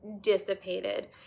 dissipated